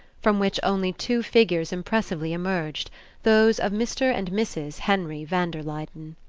from which only two figures impressively emerged those of mr. and mrs. henry van der luyden.